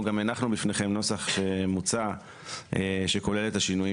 אנחנו גם הנחנו בפניכם נוסח מוצע שכולל את השינויים